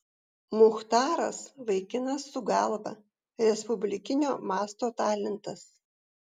muchtaras vaikinas su galva respublikinio masto talentas